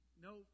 no